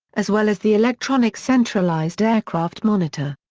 as well as the electronic centralised aircraft monitor.